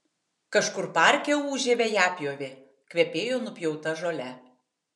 kažkur parke ūžė vejapjovė kvepėjo nupjauta žole